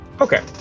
Okay